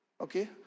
Okay